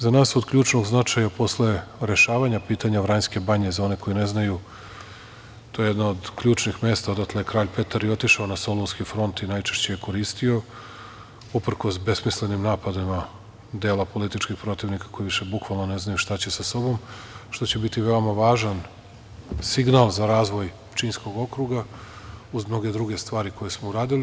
Za nas je od ključnog značaja posle rešavanja pitanja Vranjske banje, za one koji ne znaju, to je jedno od ključnih mesta, odatle je Kralj Petar i otišao na Solunski front i najčešće je koristio, uprkos besmislenim napadima dela političkih protivnika koji više bukvalno ne znaju šta će sa sobom, što će biti veoma važan signal za razvoj Pčinjskog okruga uz mnoge druge stvari koje smo uradili.